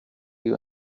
you